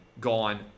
gone